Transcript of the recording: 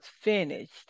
finished